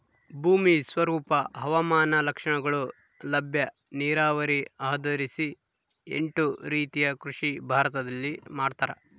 ಭೂಮಿ ಸ್ವರೂಪ ಹವಾಮಾನ ಲಕ್ಷಣಗಳು ಲಭ್ಯ ನೀರಾವರಿ ಆಧರಿಸಿ ಎಂಟು ರೀತಿಯ ಕೃಷಿ ಭಾರತದಲ್ಲಿ ಮಾಡ್ತಾರ